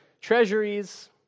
treasuries